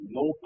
no